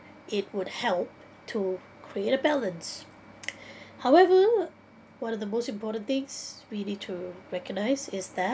it would help to create a balance however one of the most important things we need to recognise is that